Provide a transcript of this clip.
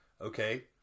okay